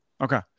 Okay